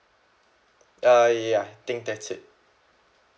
uh ya I think that's it